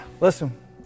listen